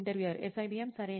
interviewer SIBM సరే